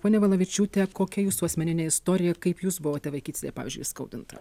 ponia valavičiūte kokia jūsų asmeninė istorija kaip jūs buvote vaikystėje pavyzdžiui įskaudinta